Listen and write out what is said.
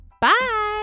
Bye